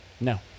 No